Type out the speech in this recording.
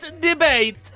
Debate